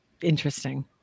interesting